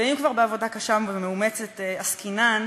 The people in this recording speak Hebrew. ואם כבר בעבודה קשה ומאומצת עסקינן,